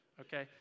okay